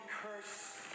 cursed